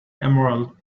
emerald